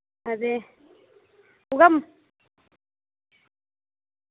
हां ते उऐ